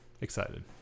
Excited